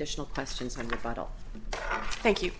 additional questions on the bottle thank you